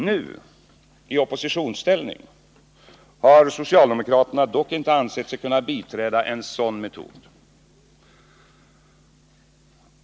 Nu — i oppositionsställning — har socialdemokraterna dock inte ansett sig kunna biträda en sådan metod.